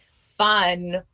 fun